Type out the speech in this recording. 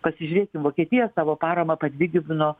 pasižiūrėkim vokietija savo paramą padvigubino